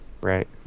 Right